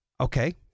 Okay